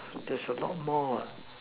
that's a lot more